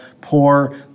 poor